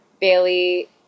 Bailey